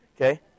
Okay